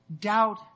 Doubt